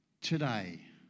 Today